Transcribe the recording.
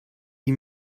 die